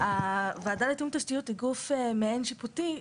הוועדה לתיאום תשתיות היא גוף מעין שיפוטי,